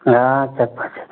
हाँ